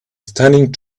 stunning